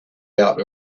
out